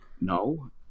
no